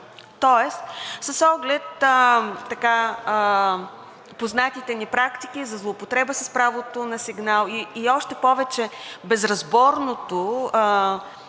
тоест с оглед познатите ни практики за злоупотреба с правото на сигнал и още повече безразборното